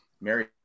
Mary